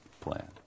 plan